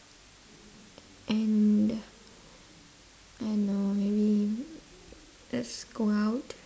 and I don't know maybe uh go out